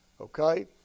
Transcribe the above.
okay